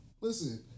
Listen